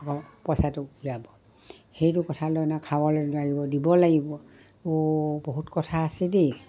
আকৌ পইচাটো ওলিয়াব সেইটো কথা লৈ না খাবলৈ নোৱাৰিব দিব লাগিব অ' বহুত কথা আছে দেই